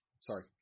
sorry